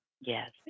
Yes